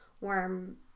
warm